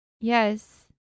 yes